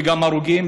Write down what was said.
וגם הרוגים,